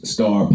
Star